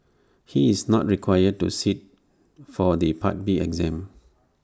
he is not required to sit for the part B exam